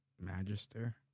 Magister